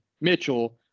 Mitchell